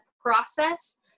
process